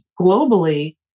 Globally